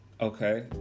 Okay